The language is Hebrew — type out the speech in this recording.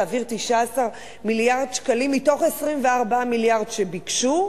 להעביר 19 מיליארד שקלים מתוך 24 מיליארד שביקשו,